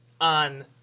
on